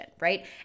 right